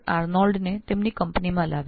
આર્નોલ્ડને તેમની કંપનીમાં લાવ્યા